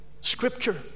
Scripture